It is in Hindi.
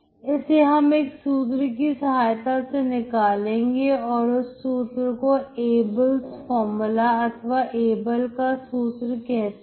इससे हम एक सूत्र की सहायता से निकालेंगे और उस सूत्र को Abel's formula अथवा एबल का सूत्र कहते हैं